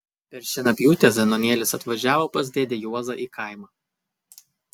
per šienapjūtę zenonėlis atvažiavo pas dėdę juozą į kaimą